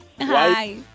Hi